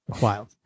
wild